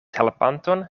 helpanton